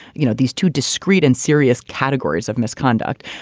you know, these two discrete and serious categories of misconduct.